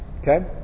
Okay